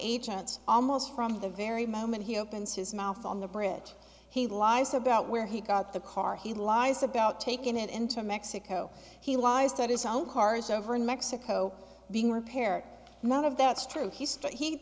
agents almost from the very moment he opens his mouth on the bridge he lies about where he got the car he lies about taking it into mexico he lies that his own cars over in mexico being repaired none of that's true he's